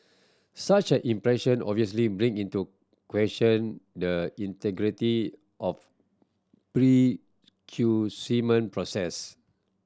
such an impression obviously bring into question the integrity of process